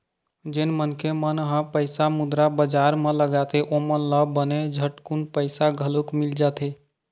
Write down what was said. जेन मनखे मन ह पइसा मुद्रा बजार म लगाथे ओमन ल बने झटकून पइसा घलोक मिल जाथे